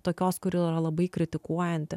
tokios kuri yra labai kritikuojanti